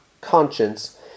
conscience